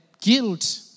guilt